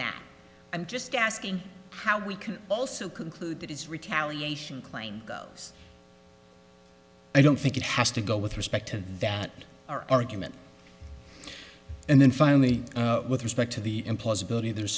that i'm just asking how we can also conclude that is retaliation claim goes i don't think it has to go with respect to that argument and then finally with respect to the implausibility there's